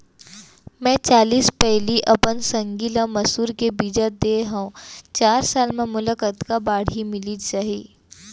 मैं चालीस पैली अपन संगी ल मसूर के बीजहा दे हव चार साल म मोला कतका बाड़ही मिलिस जाही?